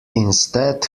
instead